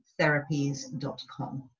therapies.com